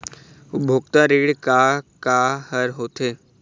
उपभोक्ता ऋण का का हर होथे?